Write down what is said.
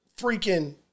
Freaking